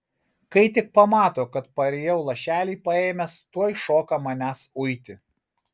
kai tik pamato kad parėjau lašelį paėmęs tuoj šoka manęs uiti